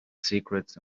secrets